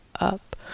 up